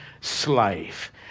slave